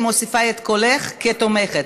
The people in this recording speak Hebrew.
אני מוסיפה את קולך כתומכת,